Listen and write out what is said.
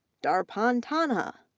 darpan tanna,